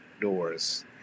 doors